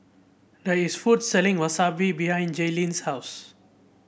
there is a food selling wasabi behind Jaylen's house